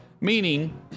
meaning